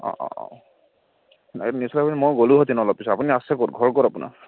অঁ অঁ অঁ মই নিউজ লাইভলৈ মই গ'লোহেতেন অলপ পিছত আপুনি আছে ক'ত ঘৰ ক'ত আপোনাৰ